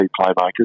playmakers